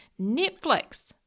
Netflix